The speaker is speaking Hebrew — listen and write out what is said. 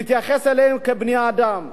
להתייחס אליהם כאל בני-אדם.